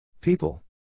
People